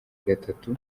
gatatu